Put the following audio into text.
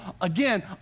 again